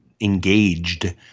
engaged